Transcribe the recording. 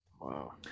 wow